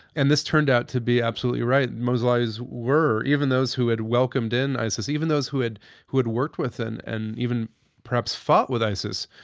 and this turned out to be absolutely right. moslawis were, even those who had welcomed in isis, even those who had who had worked with them and and even perhaps fought with isis,